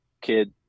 kid